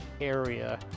area